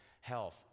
health